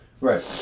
Right